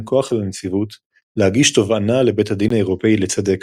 כוח לנציבות להגיש תובענה לבית הדין האירופי לצדק,